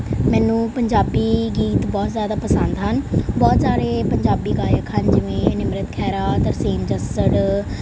ਮੈਨੂੰ ਪੰਜਾਬੀ ਗੀਤ ਬਹੁਤ ਜ਼ਿਆਦਾ ਪਸੰਦ ਹਨ ਬਹੁਤ ਸਾਰੇ ਪੰਜਾਬੀ ਗਾਇਕ ਹਨ ਜਿਵੇਂ ਨਿਮਰਤ ਖਹਿਰਾ ਤਰਸੇਮ ਜੱਸੜ